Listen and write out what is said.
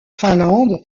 finlande